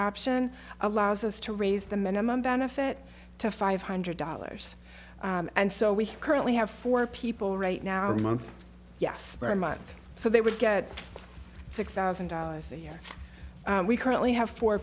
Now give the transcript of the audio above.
option allows us to raise the minimum benefit to five hundred dollars and so we currently have four people right now a month yes very much so they would get six thousand dollars a year we currently have four